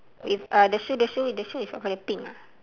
with uh the shoe the shoe the shoe is what colour pink ah